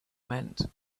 meant